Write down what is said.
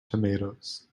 tomatoes